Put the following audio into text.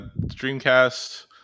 Dreamcast